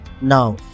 Now